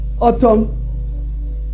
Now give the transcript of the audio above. autumn